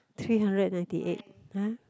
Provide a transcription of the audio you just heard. three hundred ninety eight [huh]